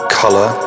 color